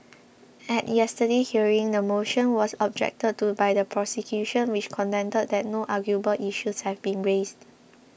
at yesterday's hearing the motion was objected to by the prosecution which contended that no arguable issues have been raised